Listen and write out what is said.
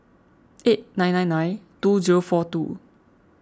eight nine nine nine two zero four two